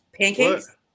Pancakes